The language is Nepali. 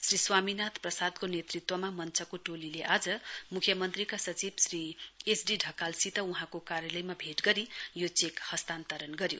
श्री स्वामी नाथ प्रसादको नेतृत्वमा मञ्चको टीमले आज मुख्य मन्त्रीका सचिव श्री एस डी ढकालसित वहाँको कार्यालयमा भेट गरी यो चेक हस्तान्तरण गर्यो